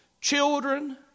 Children